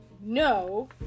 no